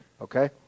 okay